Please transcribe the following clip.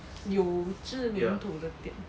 有知名度的店